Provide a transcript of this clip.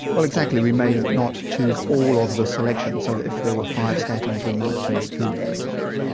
but exactly, we may not choose all of the selection, so that if there were five statins we might choose two, for example. yeah